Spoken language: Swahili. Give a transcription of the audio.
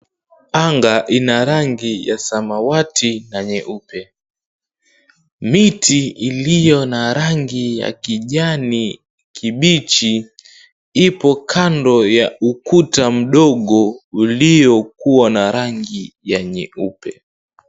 Anga ina rangi ya samawati na nyeupe. Miti iliyo na rangi ya kijani kibichi ipo kando ya ukuta mdogo uliyo kuwa na rangi ya nyeupe